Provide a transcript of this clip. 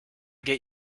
get